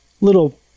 little